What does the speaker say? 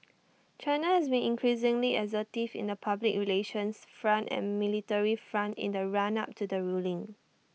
China has been increasingly assertive in the public relations front and military front in the run up to the ruling